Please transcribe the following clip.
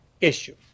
issue